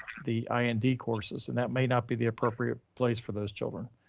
the i and d courses. and that may not be the appropriate place for those children.